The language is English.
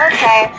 Okay